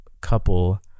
couple